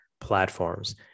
platforms